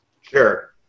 Sure